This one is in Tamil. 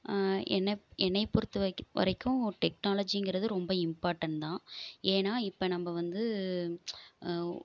என்ன என்னையை பொறுத்த வரை வரைக்கும் டெக்னாலஜிங்கிறது ரொம்ப இம்பார்டண்ட் தான் ஏன்னா இப்போ நம்ப வந்து